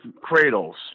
cradles